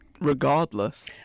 Regardless